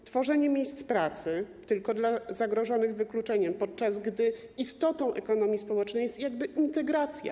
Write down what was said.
Np. tworzenie miejsc pracy tylko dla zagrożonych wykluczeniem, podczas gdy istotą ekonomii społecznej jest integracja.